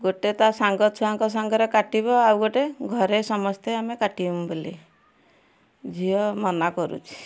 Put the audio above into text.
ଗୋଟେ ତା ସାଙ୍ଗ ଛୁଆଙ୍କ ସାଙ୍ଗରେ କାଟିବ ଆଉ ଗୋଟେ ଘରେ ସମସ୍ତେ ଆମେ କାଟିମୁ ବୋଲି ଝିଅ ମନାକରୁଛି